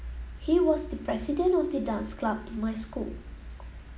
he was the president of the dance club in my school